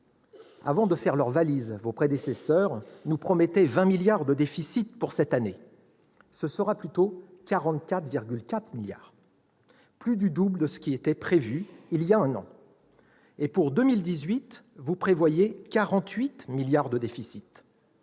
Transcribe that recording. Avant de faire leurs valises, vos prédécesseurs nous promettaient 20 milliards d'euros de déficit pour cette année. Ce sera plutôt 44,4 milliards d'euros, plus du double de ce qui était prévu il y a un an. Pour 2018, vous prévoyez 48 milliards d'euros de déficit.